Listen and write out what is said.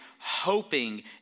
hoping